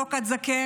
מתינוק עד זקן,